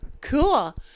cool